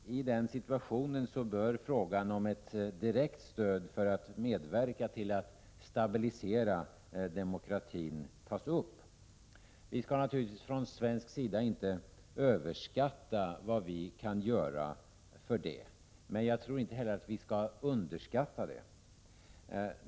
I den situationen bör frågan om ett direktstöd för att medverka till att stabilisera demokratin tas upp. Vi skall naturligtvis från svensk sida inte överskatta vad vi kan göra för det, men jag tror inte heller att vi skall underskatta det.